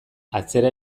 atzera